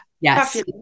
Yes